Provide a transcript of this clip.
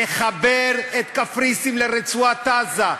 לחבר את קפריסין לרצועת-עזה,